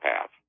path